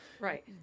Right